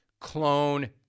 clone